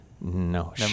No